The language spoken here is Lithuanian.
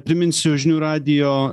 priminsiu žinių radijo